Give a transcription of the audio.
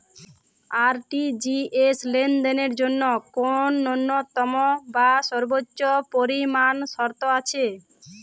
RTGS লেনদেনের জন্য কোন ন্যূনতম বা সর্বোচ্চ পরিমাণ শর্ত আছে?